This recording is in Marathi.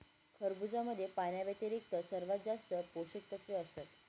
खरबुजामध्ये पाण्याव्यतिरिक्त सर्वात जास्त पोषकतत्वे असतात